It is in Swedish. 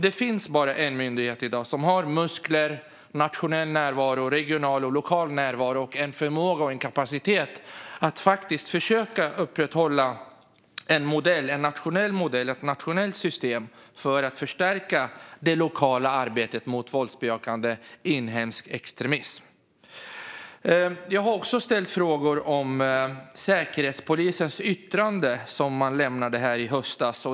Det finns i dag bara en myndighet som har muskler och nationell, regional och lokal närvaro samt förmåga och kapacitet att faktiskt försöka upprätthålla en modell - en nationell modell, eller ett nationellt system - för att förstärka det lokala arbetet mot våldsbejakande inhemsk extremism. Jag har också ställt frågor om Säkerhetspolisens yttrande, som man lämnade här i höstas.